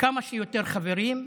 כמה שיותר חברים,